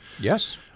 Yes